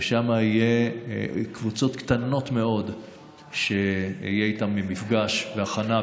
ושם יהיו קבוצות קטנות מאוד שיהיה איתן מפגש להכנה,